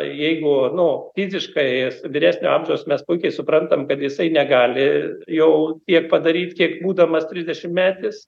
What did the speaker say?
jeigu nu fiziškai vyresnio amžiaus mes puikiai suprantam kad jisai negali jau tiek padaryt kiek būdamas trisdešimtmetis